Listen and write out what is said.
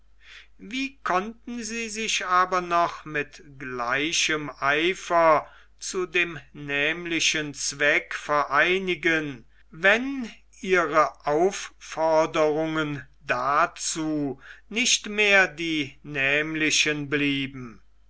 wie konnten sie sich aber noch mit gleichem eifer zu dem nämlichen zweck vereinigen wenn ihre aufforderungen dazu nicht mehr die nämlichen blieben